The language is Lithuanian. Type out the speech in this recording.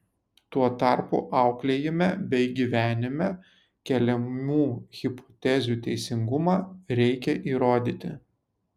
tuo tarpu auklėjime bei gyvenime keliamų hipotezių teisingumą reikia įrodyti